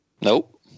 Nope